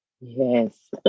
yes